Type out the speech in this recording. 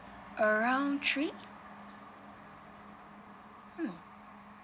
around three hmm